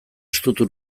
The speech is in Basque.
estutu